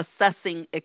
assessing